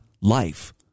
life